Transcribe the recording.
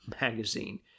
magazine